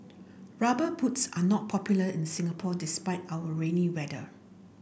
rubber boots are not popular in Singapore despite our rainy weather